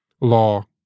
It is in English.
law